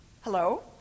Hello